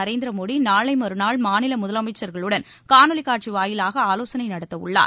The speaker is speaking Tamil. நரேந்திர மோடி நாளை மறுநாள் மாநில முதலமைச்சர்களுடன் காணொலிக் காட்சி வாயிலாக ஆலோசனை நடத்தவுள்ளார்